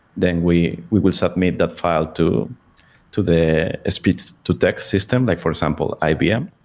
then we we will submit that file to to the speech to text system, like for example ibm.